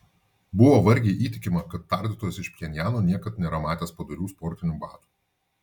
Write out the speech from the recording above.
buvo vargiai įtikima kad tardytojas iš pchenjano niekad nėra matęs padorių sportinių batų